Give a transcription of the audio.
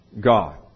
God